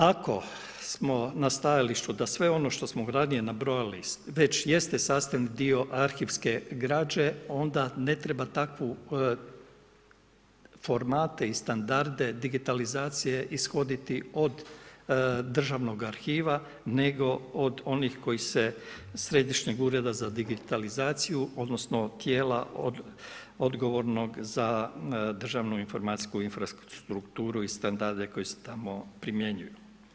Ako smo na stajalištu da sve ono što smo ranije nabrojali već jeste sastavni dio arhivske građe onda ne treba takvu formate i standarde digitalizacije ishoditi od Državnog arhiva nego od onih koji se Središnjeg ureda za digitalizaciju odnosno tijela odgovornog za državnu informacijsku infrastrukturu i standarde koji se tamo primjenjuju.